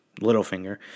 Littlefinger